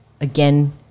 again